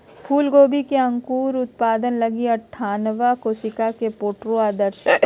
फूलगोभी के अंकुर उत्पादन लगी अनठानबे कोशिका के प्रोट्रे आदर्श हइ